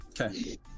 Okay